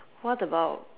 what about